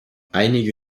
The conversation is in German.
einige